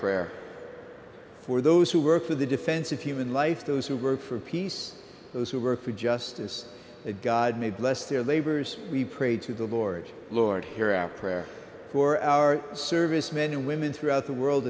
prayer for those who work for the defense of human life those who work for peace those who work for justice that god may bless their labors we prayed to the lord lord hear our prayer for our servicemen and women throughout the world